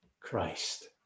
Christ